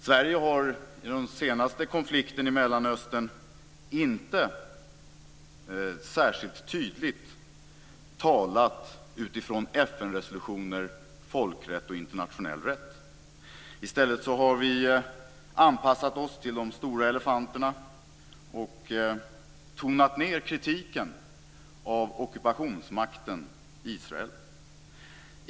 Sverige har under den senaste konflikten i Mellanöstern inte talat särskilt tydligt utifrån FN resolutioner, folkrätt och internationell rätt. I stället har vi anpassat oss till de stora elefanterna och tonat ned kritiken mot ockupationsmakten Israel.